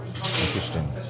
Interesting